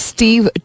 Steve